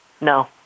No